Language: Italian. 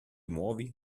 muovi